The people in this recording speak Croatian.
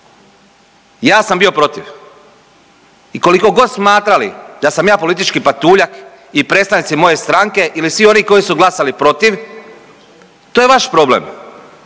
Ja sam bio protiv i koliko god smatrali da sam ja politički patuljak i predstavnici moje stranke ili svi oni koji su glasali protiv to je vaš problem.